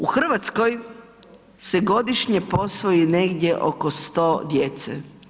U Hrvatskoj se godišnje posvoji negdje oko 100 djece.